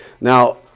Now